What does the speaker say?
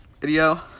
video